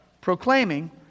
proclaiming